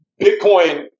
Bitcoin